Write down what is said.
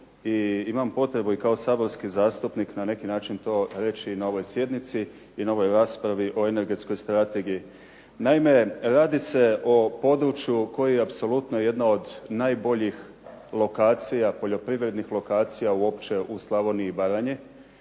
i imam potrebu i kao saborski zastupnik na neki način to reći i na ovoj sjednici i na ovoj raspravi o energetskoj strategiji. Naime, radi se o području koji je apsolutno jedna od najboljih lokacija, poljoprivrednih lokacija uopće u Slavoniji i Baranji,